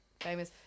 famous